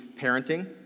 parenting